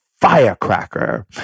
firecracker